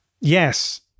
Yes